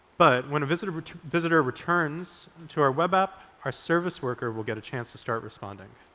but when a visitor but visitor returns to our web app, our service worker will get a chance to start responding.